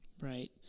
Right